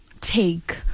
take